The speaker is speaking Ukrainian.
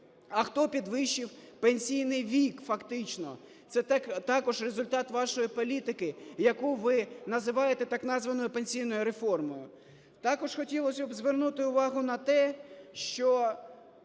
А хто підвищив пенсійний вік фактично? Це також результат вашої політики, яку ви називаєте так названою пенсійною реформою. Також хотілося б звернути увагу на те, що